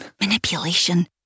Manipulation